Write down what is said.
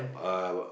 uh